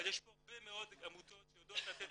אבל יש פה הרבה מאוד עמותות שיודעות לתת